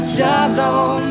Shalom